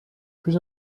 plus